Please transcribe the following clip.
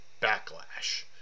backlash